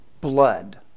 blood